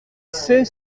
sait